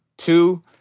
Two